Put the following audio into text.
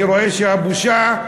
מהבושה,